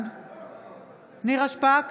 בעד נירה שפק,